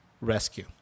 rescue